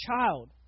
child